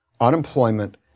unemployment